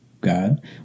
god